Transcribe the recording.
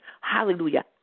Hallelujah